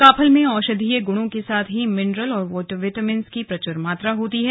काफल में औषधीय गुणों के साथ मिनरल और विटामिन्स की प्रचुर मात्रा होती है